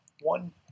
one